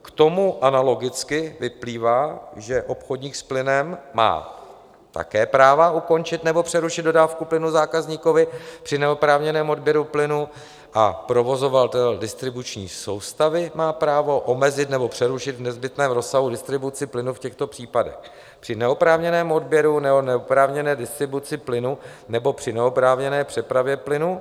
K tomu analogicky vyplývá, že obchodník s plynem má také práva ukončit nebo přerušit dodávku plynu zákazníkovi při neoprávněném odběru plynu a provozovatel distribuční soustavy má právo omezit nebo přerušit v nezbytném rozsahu distribuci plynu v těchto případech: při neoprávněném odběru nebo neoprávněné distribuci plynu nebo při neoprávněné přepravě plynu.